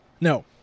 No